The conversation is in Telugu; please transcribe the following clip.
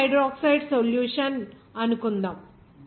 సోడియం హైడ్రాక్సైడ్ సొల్యూషన్ అనుకుందాం